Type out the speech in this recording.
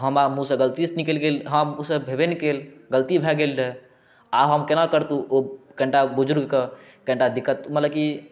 हमरा मुँहसँ गलतीसँ निकलि गेल हमरा मुहँसँ भेबै नहि कयल गलती भऽ गेल रहि आब हम केना करितहुँ ओ कनिटा बुजुर्गक कनिटा दिक्कत मतलब की